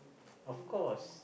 of course